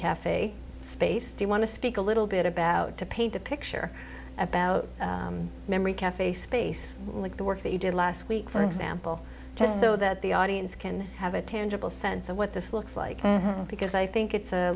cafe space you want to speak a little bit about to paint a picture about memory cafe space like the work that you did last week for example just so that the audience can have a tangible sense of what this looks like because i think it's a